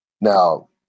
Now